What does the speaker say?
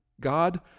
God